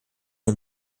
den